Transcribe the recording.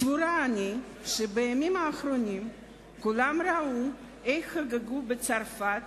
סבורה אני שבימים האחרונים כולם ראו איך חגגו בצרפת